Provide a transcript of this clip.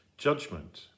judgment